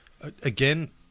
Again